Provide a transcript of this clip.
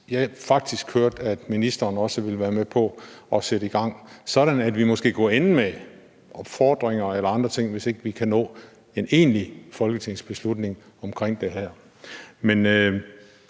jeg faktisk hørte at ministeren også ville være med på at sætte i gang, sådan at vi måske kunne ende med opfordringer eller andre ting, hvis ikke vi kan nå en egentlig folketingsbeslutning omkring det her.